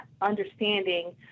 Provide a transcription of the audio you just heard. understanding